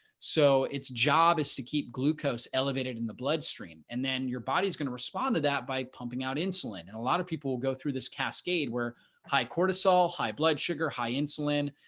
so its job is to keep glucose elevated in the bloodstream, and then your body is going to respond to that by pumping out insulin and a lot of people will go through this cascade where high cortisol, high blood sugar, high insulin,